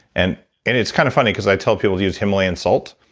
and and it's kind of funny, because i tell people to use himalayan salt.